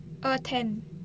err ten